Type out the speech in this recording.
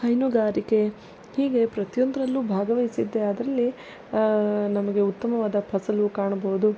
ಹೈನುಗಾರಿಕೆ ಹೀಗೆ ಪ್ರತಿಯೊಂದರಲ್ಲೂ ಭಾಗವಹಿಸಿದ್ದೆ ಆದಲ್ಲಿ ನಮಗೆ ಉತ್ತಮವಾದ ಫಸಲು ಕಾಣ್ಬೋದು